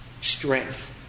strength